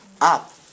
up